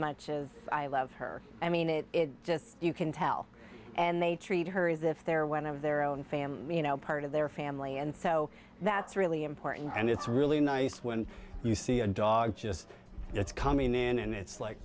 much as i love her i mean it just you can tell and they treat her as if they're one of their own family you know part of their family and so that's really important and it's really nice when you see a dog just it's coming in and it's like